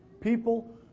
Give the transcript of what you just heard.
people